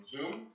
Zoom